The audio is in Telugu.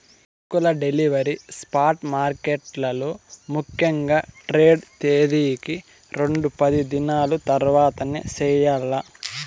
సరుకుల డెలివరీ స్పాట్ మార్కెట్లలో ముఖ్యంగా ట్రేడ్ తేదీకి రెండు పనిదినాల తర్వాతనే చెయ్యాల్ల